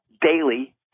daily